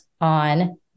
on